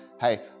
hey